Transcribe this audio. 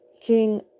King